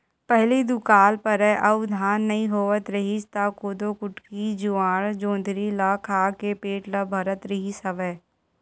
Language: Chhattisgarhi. पहिली दुकाल परय अउ धान नइ होवत रिहिस त कोदो, कुटकी, जुवाड़, जोंधरी ल खा के पेट ल भरत रिहिस हवय